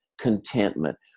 contentment